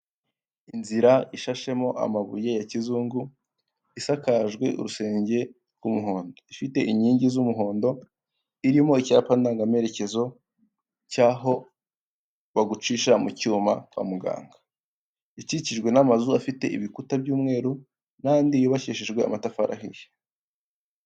Inzira ishashemo amabuye ya kizungu, isakajwe urusenge rw'umuhondo, ifite inkingi z'umuhondo irimo icyapa ndangamerekezo cy'aho bagucisha mu cyuma kwa muganga, ikikijwe n'amazu afite ibikuta by'umweru n'andi yubakishijwe amatafari ahiye.